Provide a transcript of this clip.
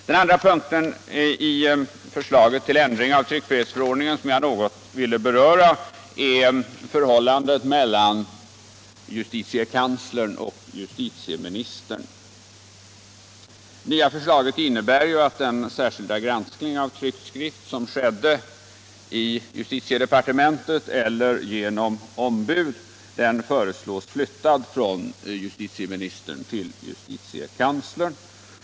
Den andra punkten i förslaget till ändring av tryckfrihetsförordningen som jag något ville beröra är förhållandet mellan justitiekanslern och justitieministern. Det nya förslaget innebär ju att den särskilda granskning av tryckt skrift som skedde i justitiedepartementet eller genom ombud skall flyttas från justitieministern till justitiekanslern.